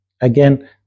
Again